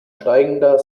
steigender